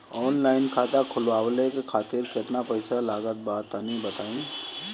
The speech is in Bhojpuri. ऑनलाइन खाता खूलवावे खातिर केतना पईसा लागत बा तनि बताईं?